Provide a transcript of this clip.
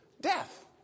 death